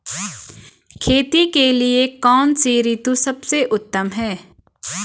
खेती के लिए कौन सी ऋतु सबसे उत्तम है?